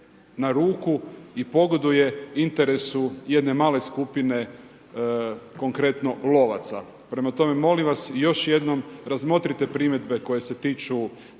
na ruku i pogoduje interesu jedne male skupine konkretno, lovaca. Prema tome, molim vas, još jednom razmotrite primjedbe koje se tiču